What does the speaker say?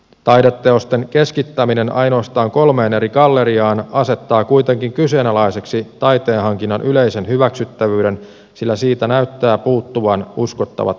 taideteosten keskittäminen ainoastaan kolmeen eri galleriaan asettaa kuitenkin kyseenalaiseksi taiteen hankinnan yleisen hyväksyttävyyden sillä siitä näyttää puuttuvan uskottavat kriteerit